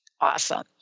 Awesome